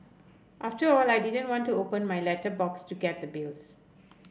after all I like didn't want to open my letterbox to get the bills